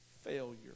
failure